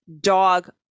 dog